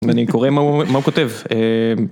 אני קורא מה הוא כותב